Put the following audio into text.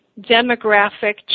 demographic